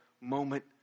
moment